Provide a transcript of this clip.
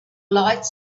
lights